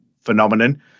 phenomenon